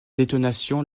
détonation